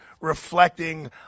reflecting